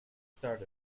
start